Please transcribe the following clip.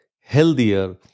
healthier